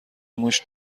موش